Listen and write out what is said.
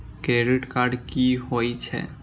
Credit card की होई छै?